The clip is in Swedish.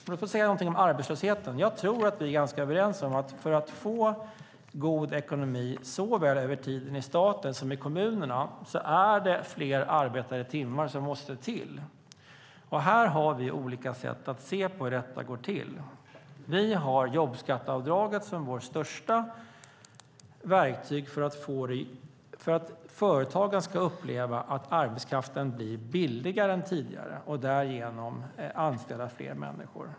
Om jag ska säga någonting om arbetslösheten tror jag att vi är ganska överens om att det är fler arbetade timmar som måste till för att man ska få god ekonomi såväl i staten som i kommunerna. Här har vi olika sätt att se på hur detta går till. Vi har jobbskatteavdraget som vårt största verktyg för att företagen ska uppleva att arbetskraften blir billigare än tidigare och därigenom anställa fler människor.